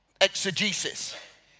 exegesis